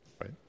Right